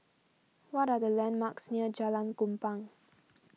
what are the landmarks near Jalan Kupang